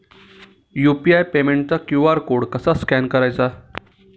UPI पेमेंटचा QR code कसा scan करायचा?